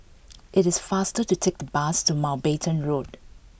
it is faster to take the bus to Mountbatten Road